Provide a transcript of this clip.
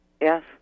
Yes